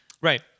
right